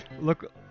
Look